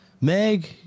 Meg